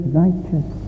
righteous